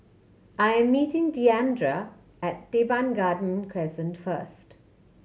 I am meeting Diandra at Teban Garden Crescent first